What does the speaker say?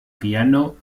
piano